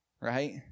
right